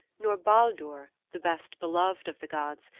nor baldur, the best-beloved of the gods,